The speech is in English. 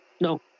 No